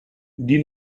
die